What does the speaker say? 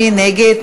מי נגד?